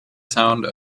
sound